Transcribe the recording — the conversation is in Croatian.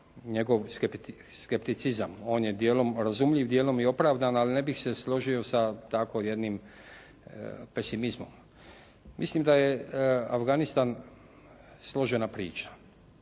njegov skepticizam. On je dijelom razumljiv, dijelom i opravdan, ali ne bih se složio sa tako jednim pesimizmom. Mislim da je Afganistan složena priča